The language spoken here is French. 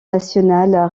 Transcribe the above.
nationale